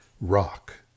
Rock